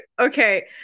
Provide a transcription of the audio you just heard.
okay